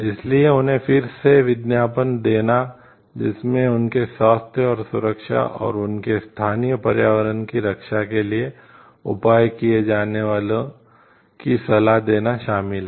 इसलिए उन्हें फिर से विज्ञापन देना जिसमें उनके स्वास्थ्य और सुरक्षा और उनके स्थानीय पर्यावरण की रक्षा के लिए उपाय किए जाने की सलाह देना शामिल है